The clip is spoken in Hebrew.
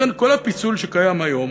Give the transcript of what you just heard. ולכן כל הפיצול שקיים היום,